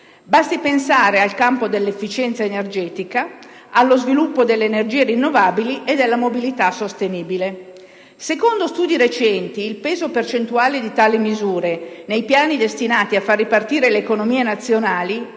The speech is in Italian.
Basti pensare al campo dell'efficienza energetica, allo sviluppo delle energie rinnovabili e della mobilità sostenibile. Secondo studi recenti, il peso percentuale di tali misure nei piani destinati a far ripartire le economie nazionali